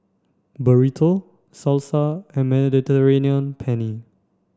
Burrito Salsa and Mediterranean Penne